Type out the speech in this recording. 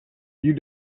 you